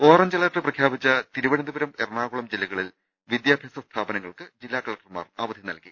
orange alert പ്രഖ്യാപിച്ച തിരുവനന്തപുരം എറണാകുളം ജില്ലകളിൽ വിദ്യാഭ്യാസ സ്ഥാപനങ്ങൾക്ക് ജില്ലാ കലക്ടർമാർ അവധി നൽകി